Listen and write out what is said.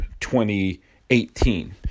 2018